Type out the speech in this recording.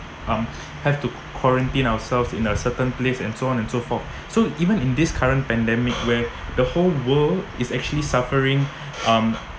um have to quarantine ourselves in a certain place and so on and so forth so even in this current pandemic where the whole world is actually suffering um